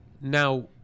Now –